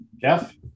Jeff